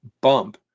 bump